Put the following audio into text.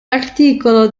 articolo